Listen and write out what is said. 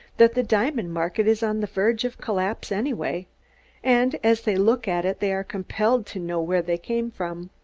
that the diamond market is on the verge of collapse, anyway and as they look at it they are compelled to know where they came from.